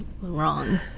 wrong